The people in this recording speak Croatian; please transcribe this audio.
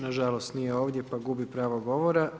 Nažalost nije ovdje pa gubi pravo govora.